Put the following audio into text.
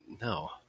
No